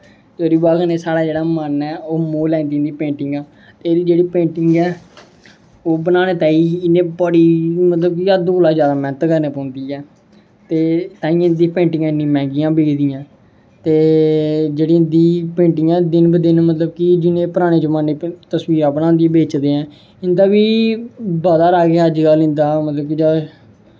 ते साढ़ा जेह्ड़ा मन ऐ ओह् मोही लैंदी इं'दी पेंटिंग ते एह्दी जेह्ड़ी पेंटिंग ऐ ओह् बनाने ताहीं इ'यां बड़ी मतलब कि हद्द कोला दा जादा मैह्नत करना पौंदी ऐ ते तांहियें इं'दियां पेंटिंगां इ'न्नियां मैहंगियां बिकदियां ते जेह्ड़ी इं'दी पेंटिंगां ऐ दिन ब दिन मतलब कि जि'यां परानें जमान्ने तस्वीरां बनांदी बेचदे ऐं इं'दा बी बड़ा गै अज्ज कल इं'दा मतलब की